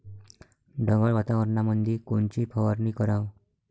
ढगाळ वातावरणामंदी कोनची फवारनी कराव?